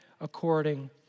according